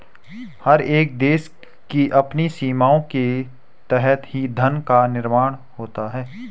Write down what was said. हर एक देश की अपनी सीमाओं के तहत ही धन का निर्माण होता है